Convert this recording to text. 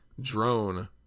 drone